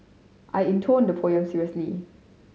I intoned the poem seriously